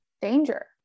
danger